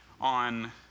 on